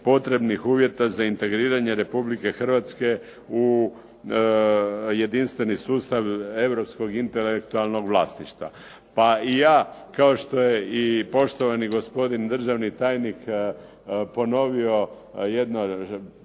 potrebnih uvjeta za integriranje Republike Hrvatske u jedinstveni sustav europskog intelektualnog vlasništva. Pa i ja kao što je i poštovani gospodin državni tajnik ponovio jedno